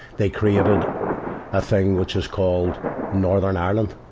they created a thing which is called northern ireland.